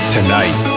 tonight